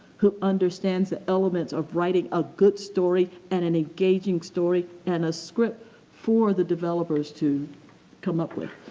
who understands the elements of writing a good story and an engaging story and a script for the developers to come up with.